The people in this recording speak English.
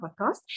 podcast